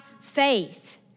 faith